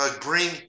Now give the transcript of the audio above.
bring